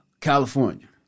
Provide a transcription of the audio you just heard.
California